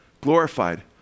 Glorified